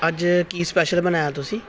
ਅੱਜ ਕੀ ਸਪੈਸ਼ਲ ਬਣਾਇਆ ਤੁਸੀਂ